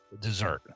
dessert